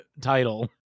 title